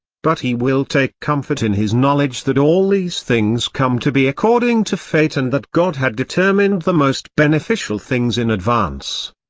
but he will take comfort in his knowledge that all these things come to be according to fate and that god had determined the most beneficial things in advance.